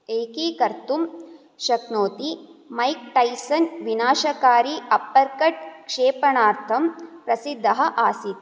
एकीकर्तुं शक्नोति Mike Tyson विनाशकारी uppercut क्षेपणार्थं प्रसिद्धः आसित्